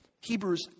Hebrews